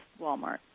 Walmart